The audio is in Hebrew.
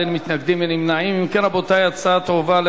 התשס"ט 2009,